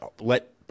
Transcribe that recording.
let